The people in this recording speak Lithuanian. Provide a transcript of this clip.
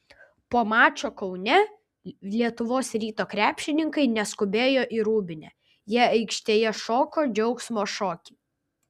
po mačo kaune lietuvos ryto krepšininkai neskubėjo į rūbinę jie aikštėje šoko džiaugsmo šokį